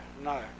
no